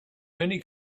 many